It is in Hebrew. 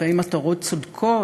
כלפי מטרות צודקות.